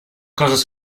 coses